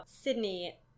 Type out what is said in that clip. Sydney